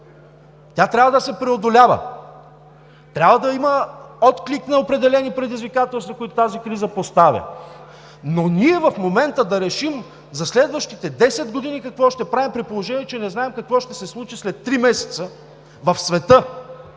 Тя трябва да се преодолява. Трябва да има отклик на определени предизвикателства, които тази криза поставя. Но ние в момента да решим за следващите 10 години какво ще правим, при положение че не знаем какво ще се случи след три месеца в света,